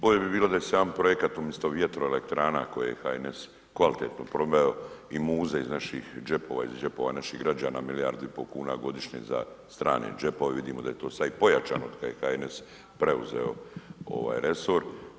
Bolje bi bilo da je sam projekat umjesto vjetroelektrana koje je HNS kvalitetno proveo i muze iz naših džepova iz džepova naših građana milijardu i pol kuna godišnje za strane džepove, vidimo da je to sad i pojačano od kad je HNS preuzeo ovaj resor.